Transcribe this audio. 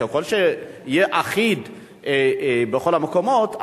ככל שיהיו אחידים בכל המקומות,